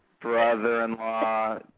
brother-in-law